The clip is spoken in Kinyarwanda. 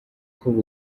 kandi